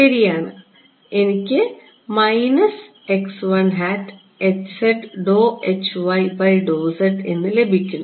ശരിയാണ് എനിക്ക് എന്ന് ലഭിക്കുന്നു